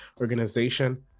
organization